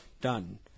Done